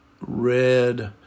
red